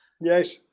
Yes